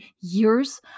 years